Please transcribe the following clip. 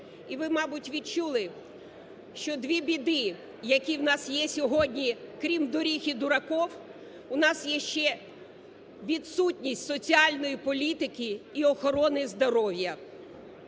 і ви, мабуть, відчули, що дві біди, які у нас є сьогодні крім доріг і дураків, у нас є ще відсутність соціальної політики і охорони здоров'я.